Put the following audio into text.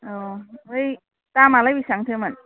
औ ओमफ्राय दामआलाय बेसेबांथोमोन